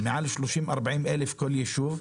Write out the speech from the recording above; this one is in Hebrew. עם יותר מ-30,000 40,000 תושבים בכל ישוב?